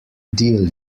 deal